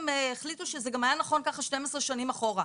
החליטו שזה גם היה נכון ככה 12 שנים אחורה.